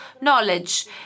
knowledge